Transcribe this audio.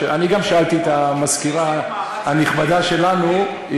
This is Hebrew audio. שאלתי את המזכירה הנכבדה שלנו.